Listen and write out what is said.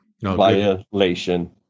Violation